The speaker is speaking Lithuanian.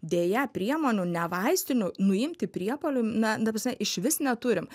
deja priemonių ne vaistinių nuimti priepuoliui na ta prasme išvis neturim